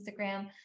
Instagram